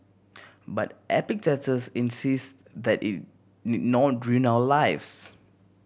but Epictetus insists that it need not ruin our lives